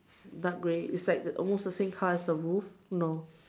dark grey is like almost the same colour as the roof no